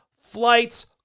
flights